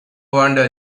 wonder